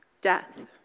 death